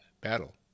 battle